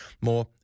more